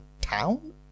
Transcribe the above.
town